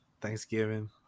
Thanksgiving